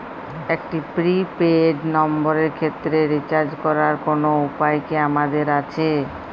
একটি prepaid নম্বরের ক্ষেত্রে রিচার্জ করার কোনো উপায় কি আমাদের আছে?